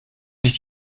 nicht